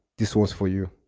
this one for you.